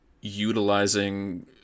utilizing